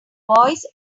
voice